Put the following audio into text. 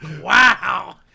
Wow